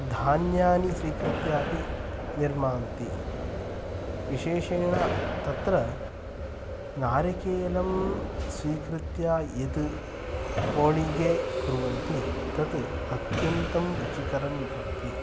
धान्यानि स्वीकृत्य अपि निर्मान्ति विशेषेण तत्र नारिकेलं स्वीकृत्य यत् होळिगे कुर्वन्ति तत् अत्यन्तं रुचिकरं भवति